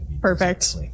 Perfect